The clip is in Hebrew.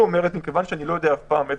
היא אומרת כיוון שאני לא יודע מה יהיה